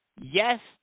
Yes